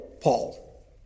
Paul